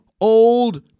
old